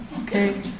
Okay